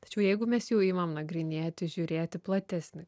tačiau jeigu mes jau imam nagrinėti žiūrėti platesnį